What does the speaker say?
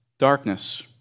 Darkness